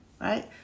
right